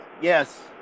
Yes